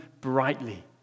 brightly